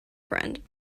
friend